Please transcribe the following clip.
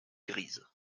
grise